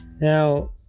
Now